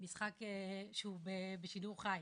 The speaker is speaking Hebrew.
משחק שהוא בשידור חי,